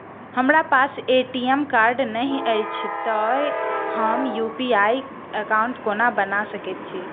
हमरा पास ATM card नहि अछि तए हम यु.पी.आई एकॉउन्ट कोना बना सकैत छी